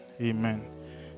Amen